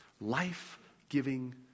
life-giving